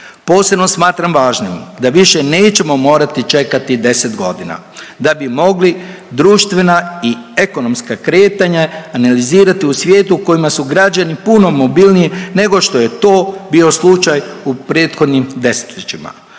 Posebno smatram važnim da više nećemo morati čekati 10.g. da bi mogli društvena i ekonomska kretanja analizirati u svijetu u kojima su građani puno mobilniji nego što je to bio slučaj u prethodnim 10-ljećima.